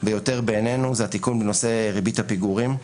ביותר בעינינו היא התיקון בנושא ריבית הפיגורים.